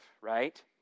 right